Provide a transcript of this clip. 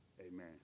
Amen